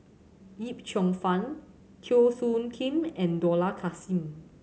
Yip Cheong Fun Teo Soon Kim and Dollah Kassim